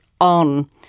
on